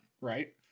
right